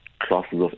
classes